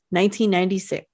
1996